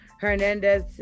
Hernandez